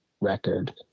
record